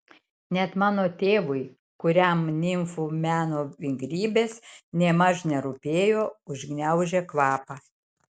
net mano tėvui kuriam nimfų meno vingrybės nėmaž nerūpėjo užgniaužė kvapą